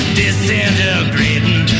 disintegrating